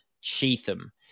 Cheatham